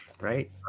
Right